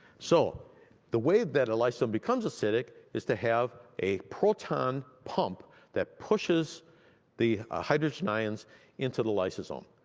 so the way that a lysosome becomes acidic is to have a proton pump that pushes the ah hydrogen ions into the lysosome.